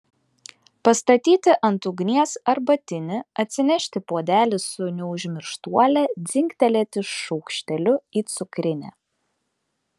pastatyti ant ugnies arbatinį atsinešti puodelį su neužmirštuole dzingtelėti šaukšteliu į cukrinę